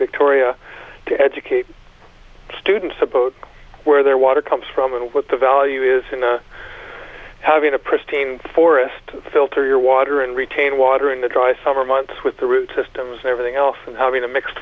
victoria to educate students about where their water comes from and what the value is in a having a pristine forest filter your water and retain water in the dry summer months with the root systems and everything else and having a mixed